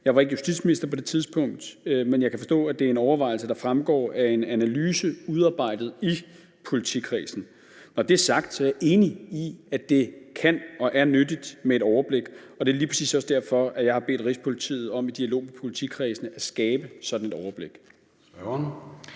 Jeg var ikke justitsminister på det tidspunkt. Men jeg kan forstå, at det er en overvejelse, der fremgår af en analyse udarbejdet i politikredsen. Når det er sagt, er jeg enig i, at det er nyttigt med et overblik, og det er lige præcis også derfor, at jeg har bedt Rigspolitiet om i dialog med politikredsene at skabe sådan et overblik.